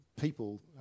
people